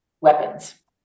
weapons